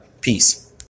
peace